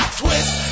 twist